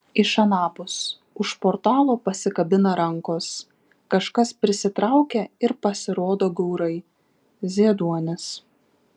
iš anapus už portalo pasikabina rankos kažkas prisitraukia ir pasirodo gaurai zieduonis